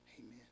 Amen